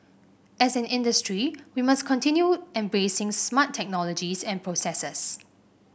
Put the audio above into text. as an industry we must continue embracing smart technologies and processes